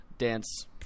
Dance